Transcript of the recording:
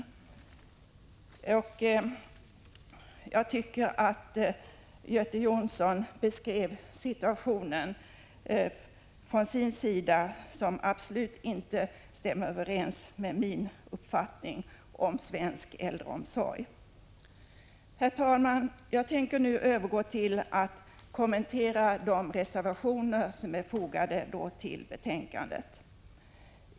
Jag tycker att den situation som Göte Jonsson beskrev absolut inte stämmer överens med min uppfattning om svensk äldreomsorg. Herr talman! Jag tänker nu övergå till att kommentera de reservationer som är fogade till betänkandet.